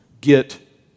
get